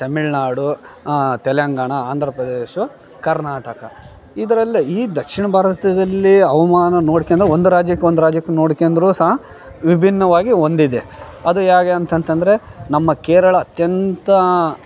ತಮಿಳ್ನಾಡು ತೆಲಂಗಾಣ ಆಂಧ್ರ ಪ್ರದೇಶ ಕರ್ನಾಟಕ ಇದರಲ್ಲೇ ಈ ದಕ್ಷಿಣ ಭಾರತದಲ್ಲೇ ಹವ್ಮಾನ ನೋಡ್ಕೊಂಡು ಒಂದು ರಾಜ್ಯಕ್ಕೆ ಒಂದು ರಾಜ್ಯಕ್ಕೆ ನೋಡ್ಕೊಂಡ್ರು ಸಹ ವಿಭಿನ್ನವಾಗಿ ಒಂದು ಇದೆ ಅದು ಹೇಗೆ ಅಂತಂತಂದ್ರೆ ನಮ್ಮ ಕೇರಳ ಅತ್ಯಂತ